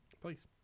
Please